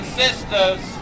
sisters